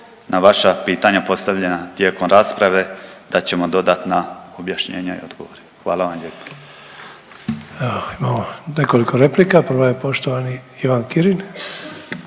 Na vaša pitanja postavljena tijekom rasprave dat ćemo dodatna objašnjenja i odgovore. Hvala vam lijepo. **Sanader, Ante (HDZ)** Evo, imamo nekoliko replika, prva je poštovani Ivan Kirin.